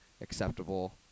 acceptable